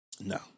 No